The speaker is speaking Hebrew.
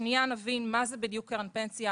שנייה נבין מה זה בדיוק קרן פנסיה,